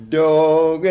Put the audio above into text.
dog